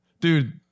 Dude